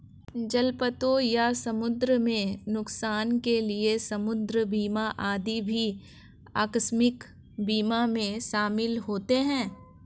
जलपोतों या समुद्र में नुकसान के लिए समुद्र बीमा आदि भी आकस्मिक बीमा में शामिल होते हैं